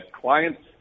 clients